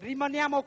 rimaniamo